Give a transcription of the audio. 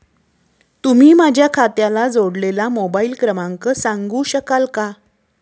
तुम्ही माझ्या खात्याला जोडलेला मोबाइल क्रमांक सांगू शकाल का?